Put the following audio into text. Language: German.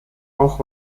auch